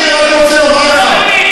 אני רק רוצה לומר לך,